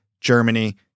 Germany